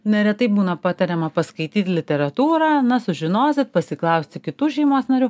neretai būna patariama paskaityt literatūrą na sužinosit pasiklausti kitų šeimos narių